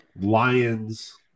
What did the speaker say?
lions